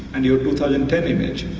and your two thousand and ten image,